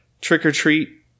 trick-or-treat